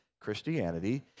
Christianity